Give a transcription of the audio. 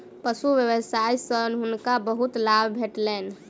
पशु व्यवसाय सॅ हुनका बहुत लाभ भेटलैन